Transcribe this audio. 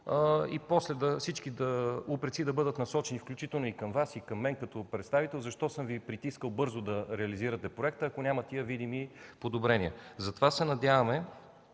това всички упреци да бъдат насочени включително и към Вас, и към мен, като народен представител, защо съм Ви притискал бързо да реализирате проекта, ако няма тези видими подобрения. Надявам се работите